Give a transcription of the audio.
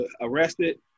arrested